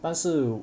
但是